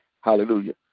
hallelujah